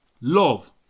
love